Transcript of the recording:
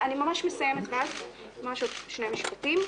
אני ממש מסיימת, ממש עוד שני משפטים.